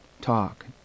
talk